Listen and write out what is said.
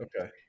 Okay